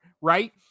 Right